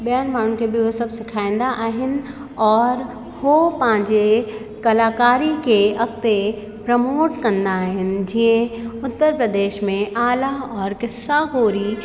ॿियनि माण्हुनि खे बि उहे सभु सेखारींदा आहिनि और हू पंहिंजे कलाकारी खे अॻिते प्रमोट कंदा आहिनि जीअं उत्तर प्रदेश में आला और क़िस्सा पोरी